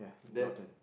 then